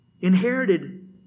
inherited